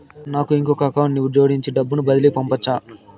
నాకు ఇంకొక అకౌంట్ ని జోడించి డబ్బును బదిలీ పంపొచ్చా?